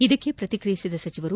ಇದಕ್ಕೆ ಪ್ರತಿಕ್ರಿಯಿಸಿದ ಸಚಿವರು